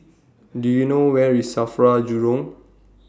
Do YOU know Where IS SAFRA Jurong